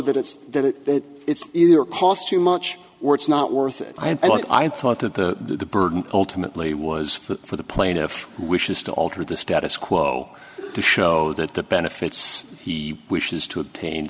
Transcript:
that it's that it's either cost too much or it's not worth it i thought that the burden ultimately was for the plaintiff wishes to alter the status quo to show that the benefits he wishes to obtain